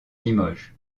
limoges